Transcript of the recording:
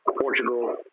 portugal